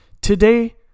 Today